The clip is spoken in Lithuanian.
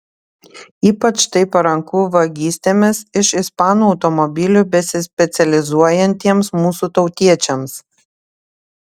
ypač tai paranku vagystėmis iš ispanų automobilių besispecializuojantiems mūsų tautiečiams